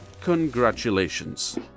congratulations